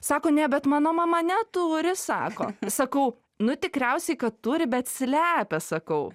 sako ne bet mano mama neturi sako sakau nu tikriausiai kad turi bet slepia sakau